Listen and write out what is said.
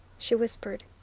she whispered.